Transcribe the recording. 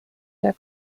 der